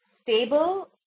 stable